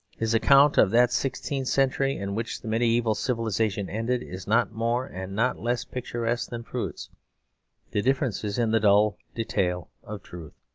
his account of that sixteenth century in which the mediaeval civilisation ended, is not more and not less picturesque than froude's the difference is in the dull detail of truth.